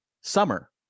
Summer